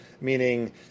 meaning